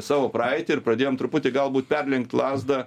savo praeitį ir pradėjom truputį galbūt perlenkt lazdą